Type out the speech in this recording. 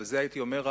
על זה הייתי אומר: